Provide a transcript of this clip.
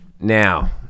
Now